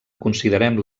considerem